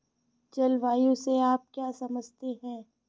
जलवायु से आप क्या समझते हैं?